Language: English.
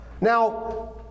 Now